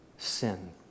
Sin